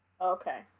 Okay